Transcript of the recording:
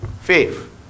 Faith